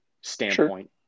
standpoint